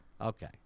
Okay